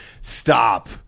Stop